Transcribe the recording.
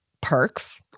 perks